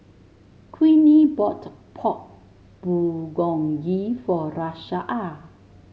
Queenie bought Pork Bulgogi for Rashaan